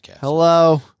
Hello